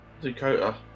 Dakota